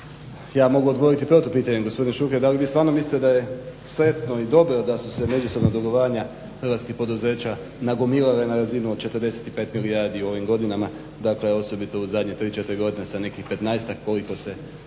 Ja mogu odgovoriti protupitanjem gospodine Šuker da li vi stvarno mislite da je sretno i dobro da su se međusobna dugovanja hrvatskih poduzeća nagomilala na razinu od 45 milijardi u ovim godinama, dakle osobito u zadnje 3, 4 godine sa nekih 15-ak koliko je